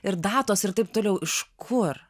ir datos ir taip toliau iš kur